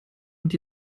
und